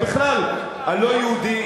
ובכלל הלא-יהודי,